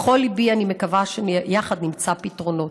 בכל ליבי אני מקווה שיחד נמצא פתרונות.